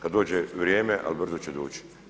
Kada dođe vrijeme a brzo će doći.